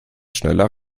schneller